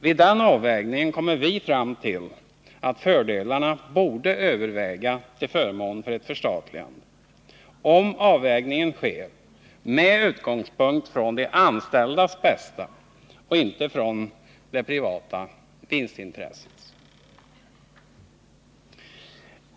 Vid avvägningen kommer vi fram till att fördelarna borde överväga till förmån för ett förstatligande, om avvägningen sker med utgångspunkt i de anställdas bästa och inte i det privata vinstintresset.